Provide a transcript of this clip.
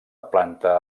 planta